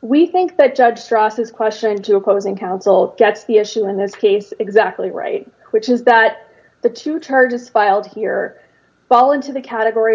we think that judge straw says question two opposing counsel get the issue in this case exactly right which is that the two charges filed here fall into the category of